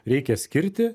reikia skirti